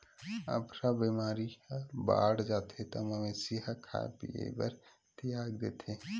अफरा बेमारी ह बाड़ जाथे त मवेशी ह खाए पिए बर तियाग देथे